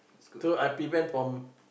so I prevent from